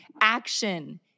action